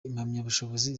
impamyabushobozi